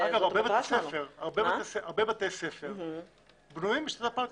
אגב, הרבה בתי ספר בנויים בשיטת הפלקל.